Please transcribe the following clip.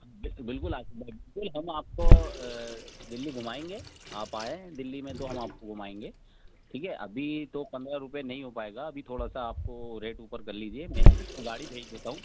بالکل آصف بھائی بالکل ہم آپ کو دلی گھمائیں گے آپ آئیں دلی میں تو ہم آپ کو گھمائیں گے ٹھیک ہے ابھی تو پندرہ روپے نہیں ہو پائے گا ابھی تھوڑا سا آپ کو ریٹ اوپر کر لیجیے میں آپ کو گاڑی بھیج دیتا ہوں